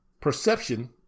perception